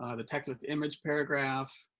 ah the text with image paragraph,